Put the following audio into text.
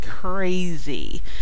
crazy